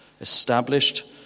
established